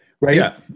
right